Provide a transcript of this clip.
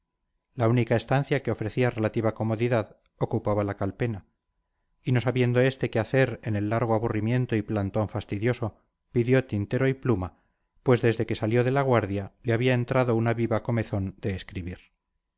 la única estancia que ofrecía relativa comodidad ocupábala calpena y no sabiendo éste qué hacer en el largo aburrimiento y plantón fastidioso pidió tintero y pluma pues desde que salió de la guardia le había entrado una viva comezón de escribir